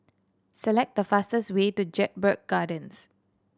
select the fastest way to Jedburgh Gardens